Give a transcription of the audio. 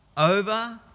Over